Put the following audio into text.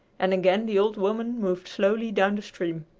and again the old woman moved slowly down the stream.